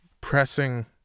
pressing